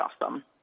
awesome